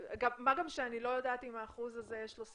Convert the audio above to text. מה גם שאני לא יודעת אם האחוז הזה יש לו סימוכין,